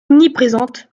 omniprésente